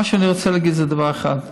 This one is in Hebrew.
אני רוצה לומר דבר אחד: